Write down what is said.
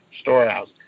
storehouse